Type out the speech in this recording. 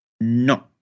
No